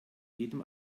jedem